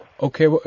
Okay